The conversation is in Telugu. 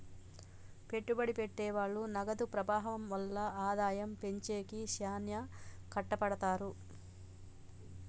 పెట్టుబడి పెట్టె వాళ్ళు నగదు ప్రవాహం వల్ల ఆదాయం పెంచేకి శ్యానా కట్టపడతారు